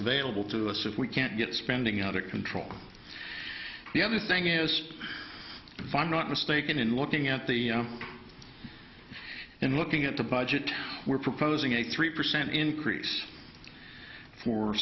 available to us if we can't get spending under control the other thing is if i'm not mistaken in looking at the and looking at the budget we're proposing a three percent increase for